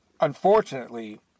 Unfortunately